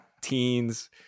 teens